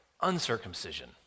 uncircumcision